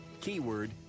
keyword